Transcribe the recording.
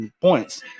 points